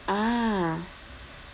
ah